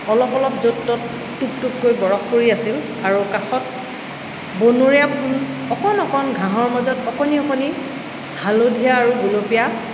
অলপ অলপ য'ত ত'ত টোপ টোপকৈ বৰফ পৰি আছিল আৰু কাষত বনৰীয়া ফুল অকণ অকণ ঘাঁহৰ মাজত অকণি অকণি হালধীয়া আৰু গোলপীয়া